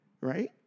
right